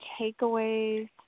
takeaways